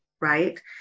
right